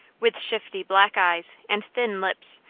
with shifty, black eyes and thin lips,